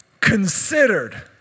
considered